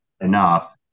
enough